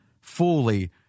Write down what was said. fully